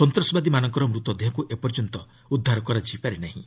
ସନ୍ତାସବାଦୀମାନଙ୍କର ମୃତଦେହକୁ ଏପର୍ଯ୍ୟନ୍ତ ଉଦ୍ଧାର କରାଯାଇପାରିନାହିଁ